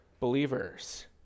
believers